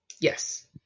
Yes